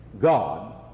God